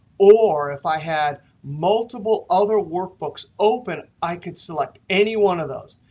or if i had multiple other workbooks open, i could select any one of those.